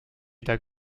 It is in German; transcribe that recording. der